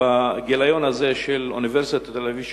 בגיליון הזה של אוניברסיטת תל-אביב,